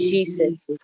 Jesus